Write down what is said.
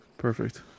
Perfect